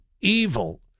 evil